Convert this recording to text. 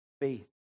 faith